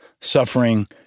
suffering